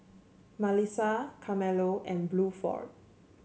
Malissa Carmelo and Bluford